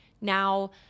Now